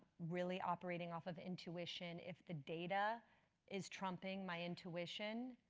really operating off of intuition. if the data is trumping my intuition,